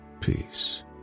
peace